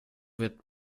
wird